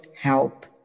help